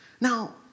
Now